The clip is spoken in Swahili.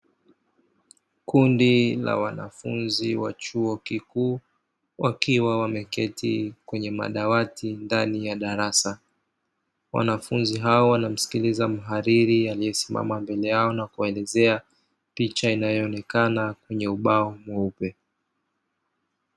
Kundi la wanafunzi wa chuo kikuu wakiwa wameketi kwenye madawati ndani ya darasa. Wanafunzi hao wanamsikiliza mhariri aliyesimama mbele yao, na kuwaelezea picha inayoonekana kwenye ubao mweupe.